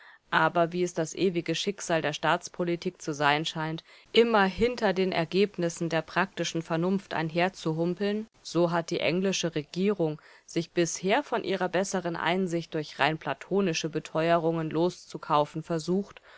aber wie es das ewige schicksal der staatspolitik zu sein scheint immer hinter den ergebnissen der praktischen vernunft einherzuhumpeln so hat die englische regierung sich bisher von ihrer besseren einsicht durch rein platonische beteuerungen loszukaufen versucht